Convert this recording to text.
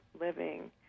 living